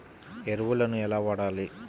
ఎరువులను ఎలా వాడాలి?